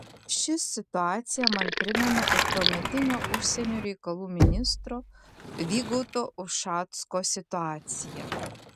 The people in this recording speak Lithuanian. ši situacija man primena ir tuometinio užsienio reikalų ministro vygaudo ušacko situaciją